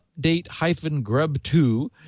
update-grub2